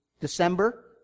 December